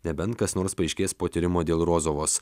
nebent kas nors paaiškės po tyrimo dėl rozovos